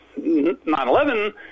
9-11